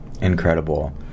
Incredible